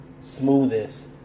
smoothest